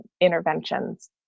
interventions